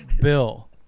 Bill